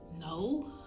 no